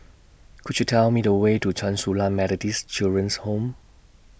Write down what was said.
Could YOU Tell Me The Way to Chen Su Lan Methodist Children's Home